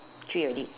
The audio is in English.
three already